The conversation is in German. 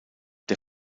der